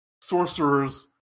sorcerers